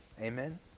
Amen